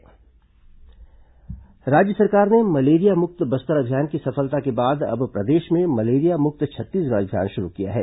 malaria मुक्त छत्तीसगढ़ अभियान राज्य सरकार ने मलेरिया मुक्त बस्तर अभियान की सफलता के बाद अब प्रदेश में मलेरिया मुक्त छत्तीसगढ़ अभियान शुरू किया है